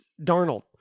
Darnold